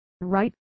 Right